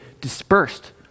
dispersed